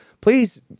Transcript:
please